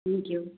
thank you